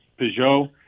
Peugeot